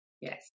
Yes